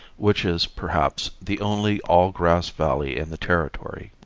which is, perhaps, the only all grass valley in the territory.